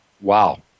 Wow